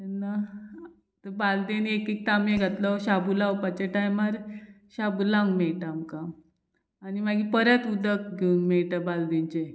तेन्ना बालदेन एक एक तामे घातलो शाबू लावपाचे टायमार शाबू लावंक मेळटा आमकां आनी मागीर परत उदक घेवन मेयटा बालदेचें